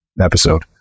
episode